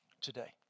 today